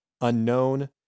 Unknown